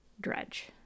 dredge